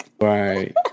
Right